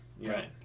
Right